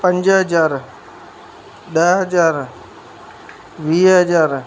पंज हज़ार ॾह हज़ार वीह हज़ार